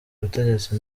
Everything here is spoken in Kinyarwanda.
ubutegetsi